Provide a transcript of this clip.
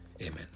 Amen